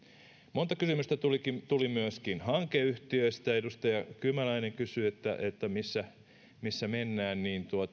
monta kysymystä tuli myöskin hankeyhtiöistä edustaja kymäläinen kysyi missä missä mennään